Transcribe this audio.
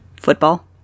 Football